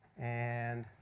and